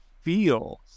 feels